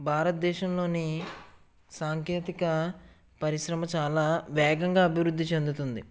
భారతదేశంలోని సాంకేతిక పరిశ్రమ చాలా వేగంగా అభివృద్ధి చెందుతుంది